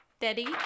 Daddy